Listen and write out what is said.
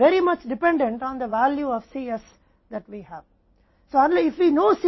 परिणाम हमारे पास Cs के मूल्य पर बहुत अधिक निर्भर है